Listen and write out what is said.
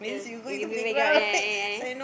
ah yeah yeah yeah yeah yeah